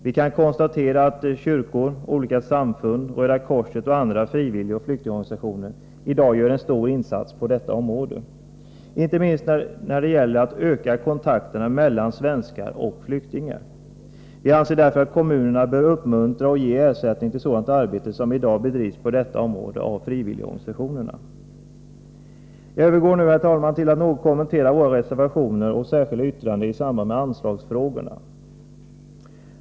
Vi kan konstatera att kyrkor, olika samfund, Röda korset och andra frivilligoch flyktingorganisationer i dag gör en stor insats på detta område, inte minst när det gäller att öka kontakterna mellan svenskar och flyktingar. Vi anser därför att kommunerna bör uppmuntra och ge ersättning till sådant arbete som i dag bedrivs på detta område av frivilligorganisationerna. Herr talman! Jag övergår nu till att något kommentera våra reservationer och vårt särskilda yttrande avseende anslagsfrågorna.